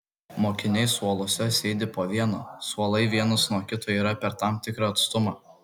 mokiniai suoluose sėdi po vieną suolai vienas nuo kito yra per tam tikrą atstumą